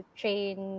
train